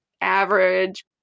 average